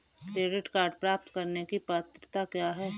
Credit card प्राप्त करने की पात्रता क्या है?